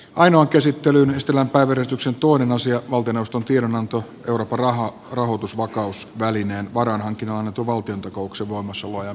ainoa käsittelyyn estela barnes usa tuoden osia valtion osto tiedonanto turparah rahoitusvakausvälineen lopuksi on päätettävä lausumaehdotuksesta